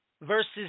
versus